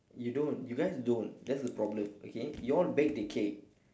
you don't you guys don't that's the problem okay you all bake the cake